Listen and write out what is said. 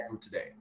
today